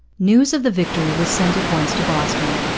news of the victory was sent at once to boston.